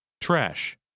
Trash